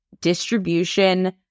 distribution